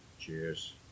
Cheers